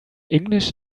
english